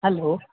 hello